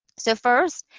so, first,